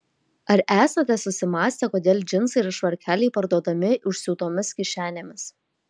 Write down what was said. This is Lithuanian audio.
ar esate susimąstę kodėl džinsai ir švarkeliai parduodami užsiūtomis kišenėmis